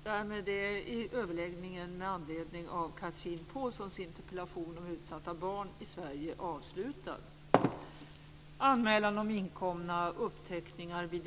Fru talman! Sylvia Lindgren säger att vi ligger så oerhört nära varandra i skrivningarna i det här betänkandet. Och det gör vi.